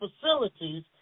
facilities